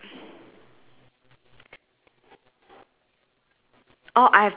also have the the mother is wearing the apron pink colour and blue sleeves right that one